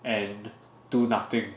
and do nothing